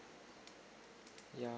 ya